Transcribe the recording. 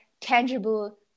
tangible